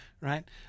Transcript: Right